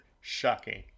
Shocking